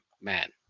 man